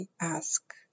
ask